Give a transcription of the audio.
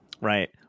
Right